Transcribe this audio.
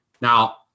Now